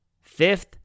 fifth